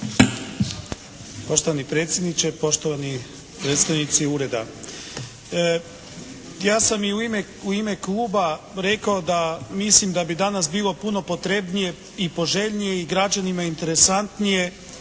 poštovani predstavnici ureda. Ja sam i u kluba rekao da mislim da bi danas bilo puno potrebnije i poželjnije i građanima interesantnije,